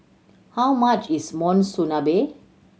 how much is Monsunabe